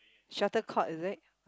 shuttlecock is it